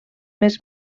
més